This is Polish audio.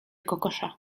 kokosza